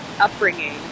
upbringing